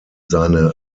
seine